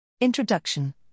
Introduction